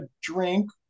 drink